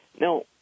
Now